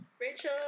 Rachel